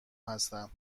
هستن